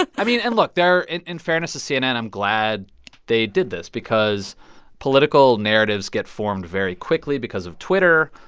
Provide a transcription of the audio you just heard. i mean, and look. there in in fairness to cnn, i'm glad they did this because political narratives get formed very quickly because of twitter.